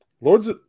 Lords